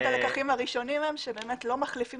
אחד הלקחים הראשונים הוא שלא מחליפים